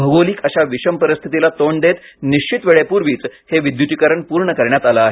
भौगोलिक अशा विषम परिस्थितीला तोंड देत निश्वित वेळेपूर्वीच हे विद्युतीकरण पूर्ण करण्यात आलं आहे